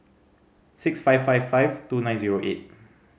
six five five five two nine zero eight